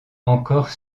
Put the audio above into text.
encore